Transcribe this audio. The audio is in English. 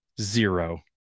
zero